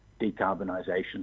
decarbonisation